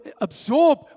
absorb